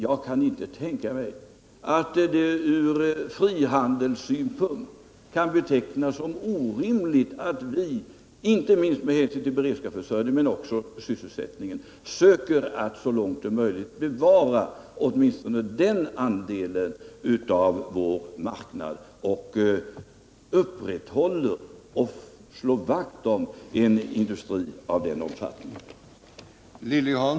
Jag kan inte tänka mig att det från frihandelssynpunkt kan betecknas som orimligt att vi — inte minst med hänsyn till beredskapsförsörjningen men också med hänsyn till sysselsättningen — söker att så långt det är möjligt bevara åtminstone den andelen av vår marknad och slå vakt om en industri av den omfattningen.